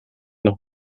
noch